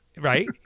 Right